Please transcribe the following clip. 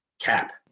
cap